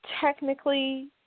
Technically